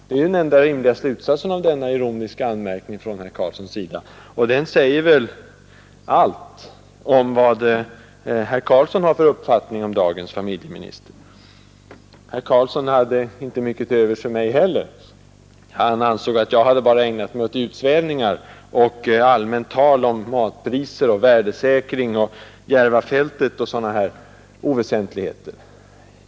Det är ju den enda rimliga slutsatsen av denna ironiska anmärkning från herr Karlssons sida. Den säger väl allt om vad herr Karlsson har för uppfattning om dagens familjeminister. Herr Karlsson hade inte mycket till övers för mig heller. Han ansåg att jag bara hade ägnat mig åt utsvävningar i allmänt tal om matpriser, värdesäkring, Järvafältet och sådana oväsentligheter.